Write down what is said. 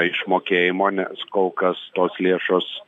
išmokėjimo nes kol kas tos lėšos